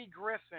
Griffin